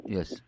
Yes